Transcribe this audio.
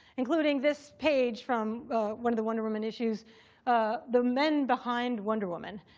including this page from one of the wonder woman issues ah the men behind wonder woman.